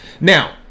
Now